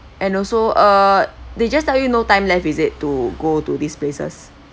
and also uh they just tell you no time left is it to go to these places